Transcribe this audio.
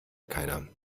keiner